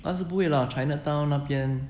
但是不会 lah chinatown 那边